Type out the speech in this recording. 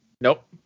Nope